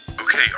Okay